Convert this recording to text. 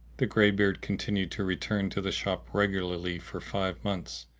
the greybeard continued to return to the shop regularly for five months,